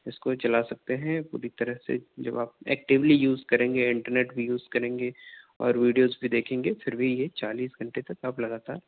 اس کو چلا سکتے ہیں پوری طرح سے جب آپ اکٹولی یوز کریں گے انٹرنیٹ بھی یوز کریں گے اور ویڈیوز بھی دیکھیں گے پھر بھی یہ چالیس گھنٹے تک آپ لگاتار